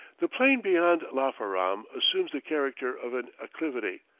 the plain beyond lafaram assumes the character of an acclivity,